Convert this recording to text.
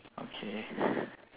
okay